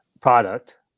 product